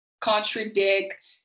contradict